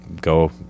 go